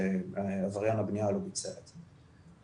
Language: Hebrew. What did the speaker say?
שעבריין הבנייה לא ביצע את זה.